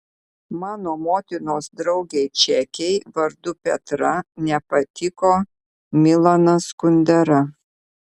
mano motinos draugei čekei vardu petra nepatiko milanas kundera